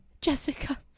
Jessica